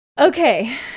Okay